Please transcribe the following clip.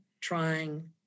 trying